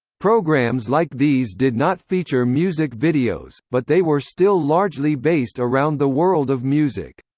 programs like these did not feature music videos, but they were still largely based around the world of music.